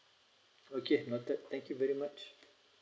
okay noted thank you very much